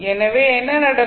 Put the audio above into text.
எனவே என்ன நடக்கும்